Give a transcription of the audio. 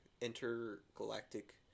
intergalactic